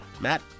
Matt